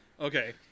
okay